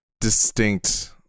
distinct